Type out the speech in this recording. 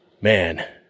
Man